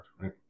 right